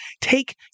take